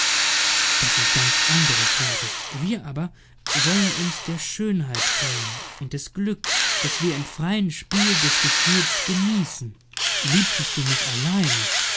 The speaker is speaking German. das sind ganz andere fragen wir aber wollen uns der schönheit freuen und des glücks das wir im freien spiel des gefühles genießen liebtest du mich allein